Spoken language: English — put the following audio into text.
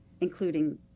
including